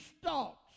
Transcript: stalks